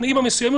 בתנאים המסוימים,